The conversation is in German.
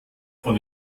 von